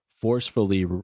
forcefully